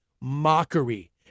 mockery